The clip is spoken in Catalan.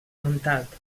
montalt